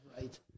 right